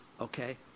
Okay